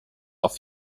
auf